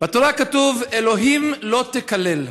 בתורה כתוב: "אלהים לא תקלל".